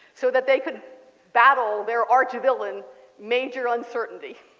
so that they could battle their archville an major uncertainty.